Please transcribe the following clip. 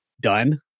done